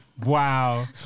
Wow